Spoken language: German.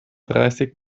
dreißig